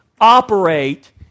operate